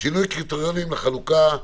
שינוי קריטריונים לחלוקה.